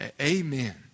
amen